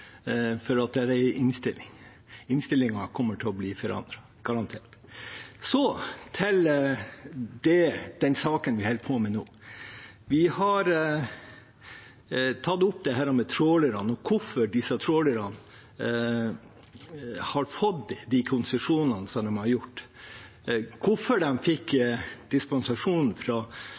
det er en innstilling. Innstillingen kommer til å bli forandret, garantert. Så til den saken vi holder på med nå. Vi har tatt opp dette med trålerne og hvorfor disse trålerne har fått de konsesjonene som de har fått, og hvorfor de fikk dispensasjon fra